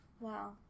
Wow